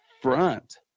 front